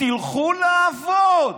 תלכו לעבוד.